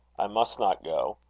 i must not go.